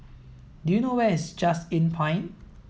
do you know where is Just Inn Pine